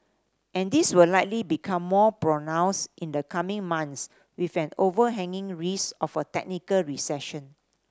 and this will likely become more pronounced in the coming months with an overhanging risk of a technical recession